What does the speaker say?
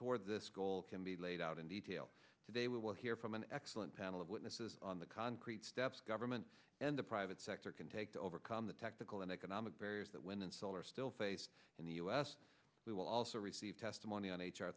toward this goal can be laid out in detail today we will hear from an excellent panel of witnesses on the concrete steps government and the private sector can take to overcome the technical and economic barriers that wind and solar still face in the u s we will also receive testimony on h